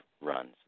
runs